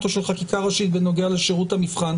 או של חקיקה הראשית בנוגע לשירות המבחן?